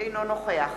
אינו נוכח